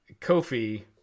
Kofi